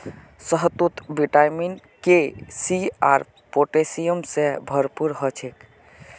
शहतूत vitamin K, C आर potassium से भरपूर ह छे